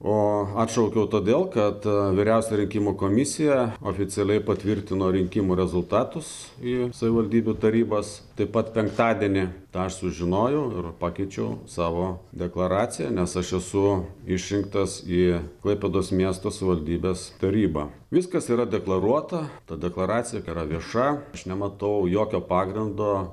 o atšaukiau todėl kad vyriausioji rinkimų komisija oficialiai patvirtino rinkimų rezultatus į savivaldybių tarybas taip pat penktadienį tą aš sužinojau ir pakeičiau savo deklaraciją nes aš esu išrinktas į klaipėdos miesto savivaldybės tarybą viskas yra deklaruota ta deklaracija yra vieša aš nematau jokio pagrindo